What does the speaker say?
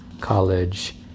college